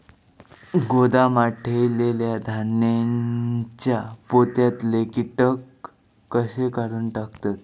गोदामात ठेयलेल्या धान्यांच्या पोत्यातले कीटक कशे काढून टाकतत?